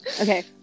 Okay